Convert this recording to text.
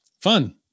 fun